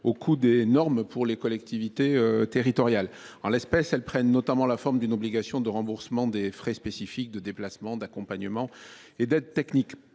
du coût des normes pour les collectivités territoriales. En l’espèce, celles ci prennent notamment la forme d’une obligation de remboursement des frais spécifiques de déplacement, d’accompagnement et d’aide technique.